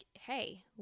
hey